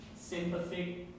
Sympathic